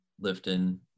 lifting